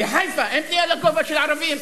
בחיפה אין בנייה לגובה לערבים?